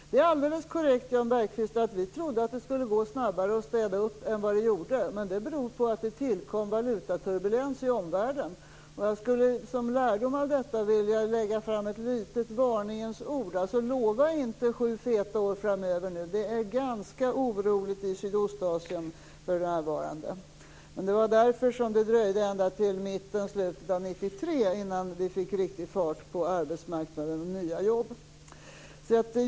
Det är alldeles korrekt, Jan Bergqvist, att vi trodde att det skulle gå snabbare att städa upp än vad det gjorde. Men det beror på att det tillkom valutaturbulens i omvärlden. Jag skulle som lärdom av detta vilja komma med ett litet varningens ord. Lova inte sju feta år framöver, det är ganska oroligt i Sydostasien för närvarande. Men därför dröjde det till mitten eller slutet av 1993 innan vi fick riktig fart på arbetsmarknaden och nya jobb.